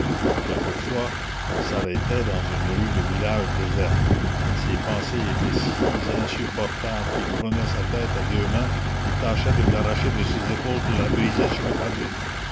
quelquefois il s'arrêtait dans une rue de village déserte et ses pensées étaient si insupportables qu'il prenait sa tête à deux mains et tâchait de l'arracher de ses épaules pour la briser sur le pavé